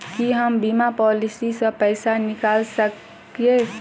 की हम बीमा पॉलिसी सऽ पैसा निकाल सकलिये?